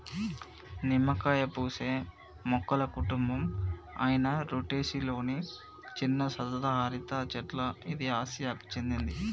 నిమ్మకాయ పూసే మొక్కల కుటుంబం అయిన రుటెసి లొని చిన్న సతత హరిత చెట్ల ఇది ఆసియాకు చెందింది